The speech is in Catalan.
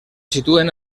situen